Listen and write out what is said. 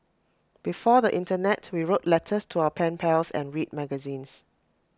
before the Internet we wrote letters to our pen pals and read magazines